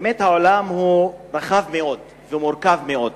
באמת העולם הוא רחב מאוד ומורכב מאוד,